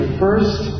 first